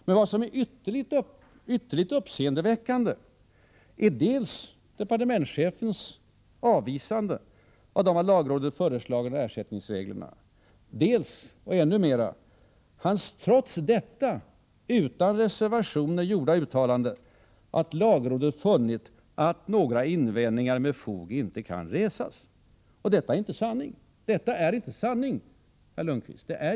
Men vad som är ytterligt uppseendeväckande är dels departementschefens avvisande av de av lagrådet föreslagna ersättningsreglerna, dels och ännu mer hans trots detta utan reservationer gjorda uttalande att lagrådet ”funnit att några invändningar med fog inte kan resas”. Detta är inte sanning, herr Lundkvist!